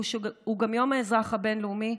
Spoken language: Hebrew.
והוא גם יום האזרח הבין-לאומי,